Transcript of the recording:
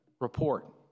Report